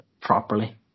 properly